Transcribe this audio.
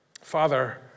Father